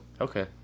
Okay